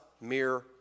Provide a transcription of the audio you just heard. mere